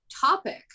topic